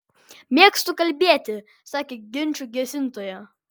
mėgstu kalbėti sakė ginčų gesintoja